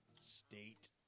state